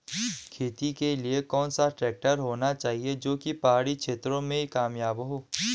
खेती के लिए कौन सा ट्रैक्टर होना चाहिए जो की पहाड़ी क्षेत्रों में कामयाब हो?